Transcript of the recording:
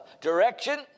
direction